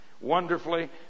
wonderfully